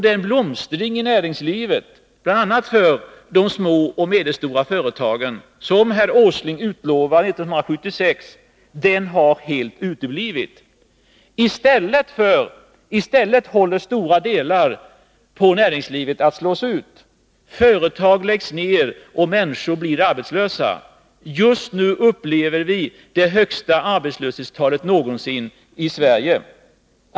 Den blomstring i näringslivet bl.a. för de små och medelstora företagen som herr Åsling utlovade 1976 har helt uteblivit. I stället håller stora delar av näringslivet på att slås ut. Företag läggs ned, och människor blir arbetslösa. Just nu upplever vi det högsta arbetslöshetstalet någonsin i Sverige.